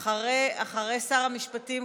אחרי שר המשפטים,